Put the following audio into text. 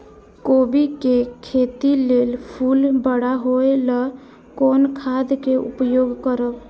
कोबी के खेती लेल फुल बड़ा होय ल कोन खाद के उपयोग करब?